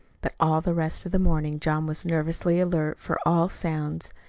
but all the rest of the morning john was nervously alert for all sounds.